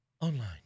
online